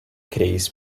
kreis